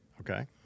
okay